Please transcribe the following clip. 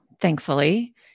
thankfully